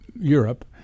Europe